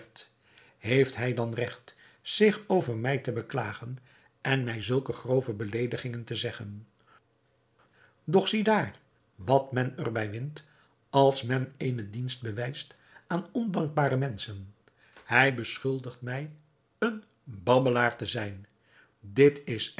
heeft hij dan regt zich over mij te beklagen en mij zulke grove beleedigingen te zeggen doch ziedaar wat men er bij wint als men eenen dienst bewijst aan ondankbare menschen hij beschuldigt mij een babbelaar te zijn dit is